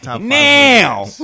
Now